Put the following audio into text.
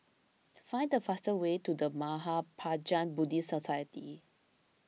find the fastest way to the Mahaprajna Buddhist Society